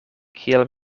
kiel